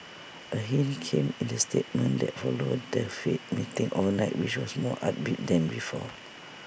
A hint came in the statement that followed the fed meeting overnight which was more upbeat than before